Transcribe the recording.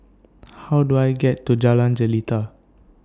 How Do I get to Jalan Jelita